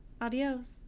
Adios